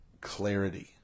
clarity